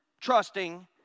trusting